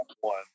one